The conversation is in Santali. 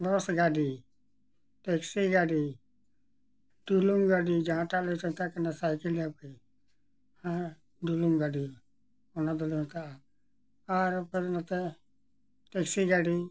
ᱵᱟᱥ ᱜᱟᱹᱰᱤ ᱴᱮᱠᱥᱤ ᱜᱟᱹᱰᱤ ᱰᱩᱞᱩᱝ ᱜᱟᱹᱰᱤ ᱡᱟᱦᱟᱸᱴᱟᱜ ᱞᱮ ᱢᱮᱛᱟᱜ ᱠᱟᱱᱟ ᱥᱟᱭᱠᱮᱞ ᱟᱯᱮ ᱦᱮᱸ ᱰᱩᱞᱩᱝ ᱜᱟᱹᱰᱤ ᱚᱱᱟ ᱫᱚᱞᱮ ᱢᱮᱛᱟᱜᱼᱟ ᱟᱨ ᱯᱚᱨ ᱱᱚᱛᱮ ᱴᱮᱠᱥᱤ ᱜᱟᱹᱰᱤ